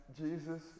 Jesus